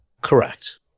Correct